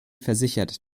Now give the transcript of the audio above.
versichert